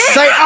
Say